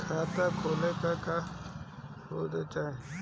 खाता खोलले का का प्रूफ चाही?